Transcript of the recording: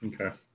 Okay